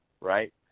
right